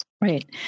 Right